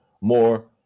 more